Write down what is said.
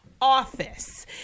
office